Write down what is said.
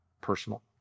personal